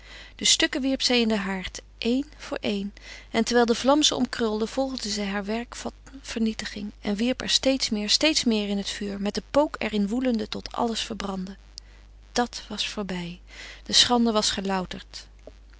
de stukken wierp zij in den haard éen voor éen en terwijl de vlam ze omkrulde volgde zij haar werk van vernietiging en wierp er steeds meer steeds meer in het vuur met den pook er in woelende tot alles verbrandde dat was voorbij de schande was gelouterd